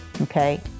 Okay